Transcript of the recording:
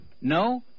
No